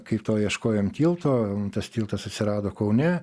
kaip to ieškojom tilto tas tiltas atsirado kaune